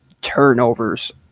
turnovers